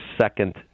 second